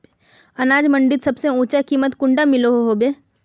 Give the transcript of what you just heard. अनाज मंडीत सबसे ऊँचा कीमत कुंडा मिलोहो होबे?